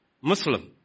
Muslim